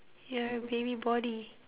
you are a baby body